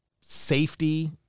safety